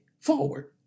forward